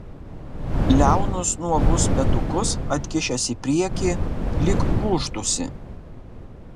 liaunus nuogus petukus atkišęs į priekį lyg gūžtųsi